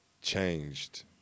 changed